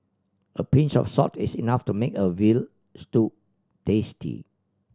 a pinch of salt is enough to make a veal stew tasty